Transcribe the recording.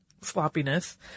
Sloppiness